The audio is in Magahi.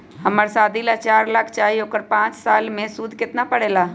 हमरा शादी ला चार लाख चाहि उकर पाँच साल मे सूद कितना परेला?